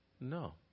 No